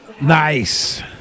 Nice